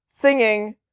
singing